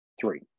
three